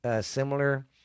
similar